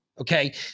Okay